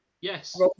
Yes